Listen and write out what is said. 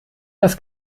das